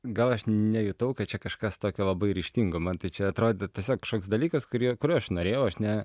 gal aš nejutau kad čia kažkas tokio labai ryžtingo man tai čia atrodė tiesiog kažkoks dalykas kurį kurio aš norėjau aš ne